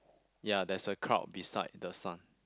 ya there's a cloud beside the sun